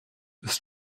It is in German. ist